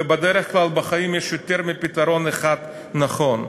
ובדרך כלל בחיים יש יותר מפתרון אחד נכון.